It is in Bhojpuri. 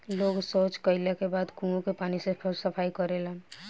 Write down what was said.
लोग सॉच कैला के बाद कुओं के पानी से सफाई करेलन